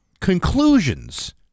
conclusions